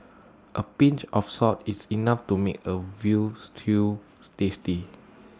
A pinch of salt is enough to make A Veal Stew tasty